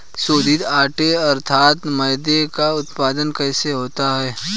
शोधित आटे अर्थात मैदे का उत्पादन कैसे होता है?